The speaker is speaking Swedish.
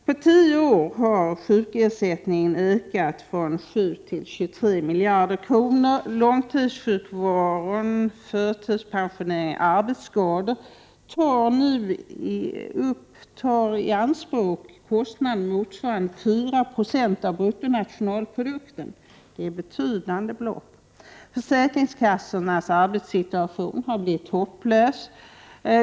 På tio år har utbetalad sjukersättning ökat från 7 till 23 miljarder kronor. Långtidssjukfrånvaro, förtidspensionering och arbetsskador tar nu i anspråk kostnader motsvarande 4 96 av bruttonationalprodukten. Försäkringskassornas arbetssituation har blivit hopplös.